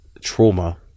trauma